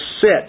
sit